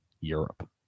Europe